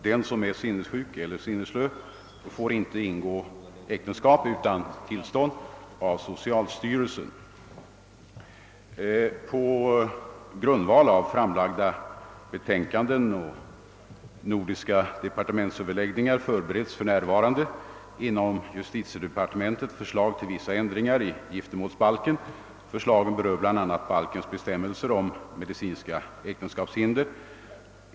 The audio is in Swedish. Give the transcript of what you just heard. Den som är sinnessjuk eller sinnesslö får inte ingå äktenskap utan tillstånd av socialstyrelsen. På grundval av framlagda betänkanden och nordiska <departementsöverläggningar förbereds för närvarande inom justitiedepartementet förslag till vissa ändringar i giftermålsbalken. Dessa förslag berör bl.a. giftermålsbalkens bestämmelser om medicinska äktenskapshinder.